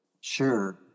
Sure